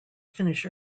finish